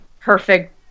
perfect